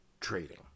trading